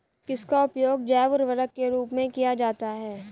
किसका उपयोग जैव उर्वरक के रूप में किया जाता है?